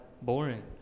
Boring